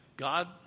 God